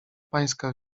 pańska